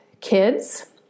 kids